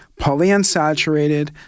polyunsaturated